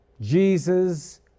Jesus